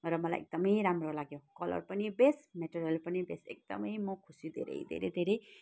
र मलाई एकदमै राम्रो लाग्यो कलर पनि बेस्ट मटेरियल पनि बेस्ट एकदमै म खुसी धेरै धेरै धेरै